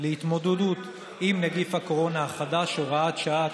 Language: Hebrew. להתמודדות עם נגיף הקורונה החדש (הוראת שעה),